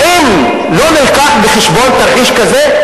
האם לא הובא בחשבון תרחיש כזה?